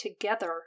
together